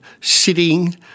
sitting